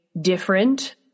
different